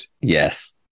Yes